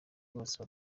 bose